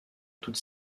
toute